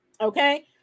okay